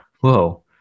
Whoa